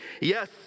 yes